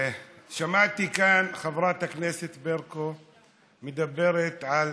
שמעתי כאן את חברת הכנסת ברקו מדברת על